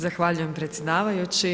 Zahvaljujem predsjedavajući.